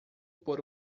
por